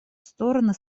стороны